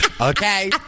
Okay